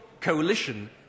coalition